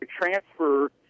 transfer